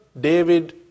David